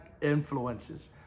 influences